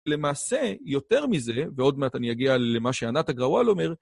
למעשה, יותר מזה, ועוד מעט אני אגיע למה ש-Anant Agarwal אומר